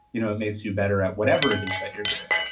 you know it makes you better at whatever it is that you're doing